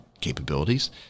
capabilities